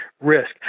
risk